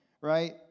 right